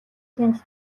танд